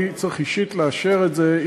אני צריך אישית לאשר את זה,